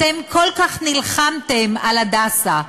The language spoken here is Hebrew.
אתם כל כך נלחמתם על "הדסה",